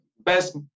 best